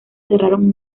cerraron